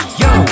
yo